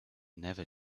never